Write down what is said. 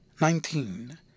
Nineteen